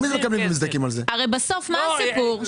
הרי בסוף מה הסיפור?